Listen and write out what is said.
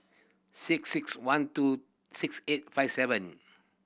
six six one two six eight five seven